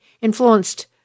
influenced